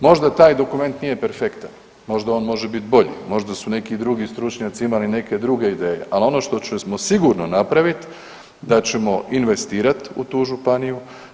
Možda taj dokument nije perfektan, možda on može biti bolji, možda su neki drugi stručnjaci imali neke druge ideje, ali ono što ću ćemo sigurno napraviti da ćemo investirat u tu županiju.